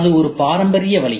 அது ஒரு பாரம்பரிய வழி